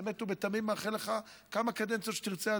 ובאמת ובתמים אני מאחל לך כמה קדנציות שתרצה,